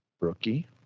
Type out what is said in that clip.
rookie